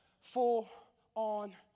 full-on